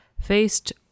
faced